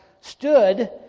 stood